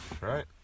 right